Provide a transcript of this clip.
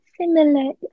similar